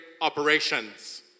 operations